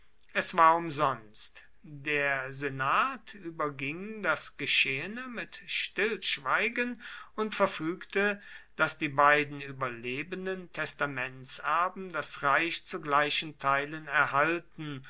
es war umsonst der senat überging das geschehene mit stillschweigen und verfügte daß die beiden überlebenden testamentserben das reich zu gleichen teilen erhalten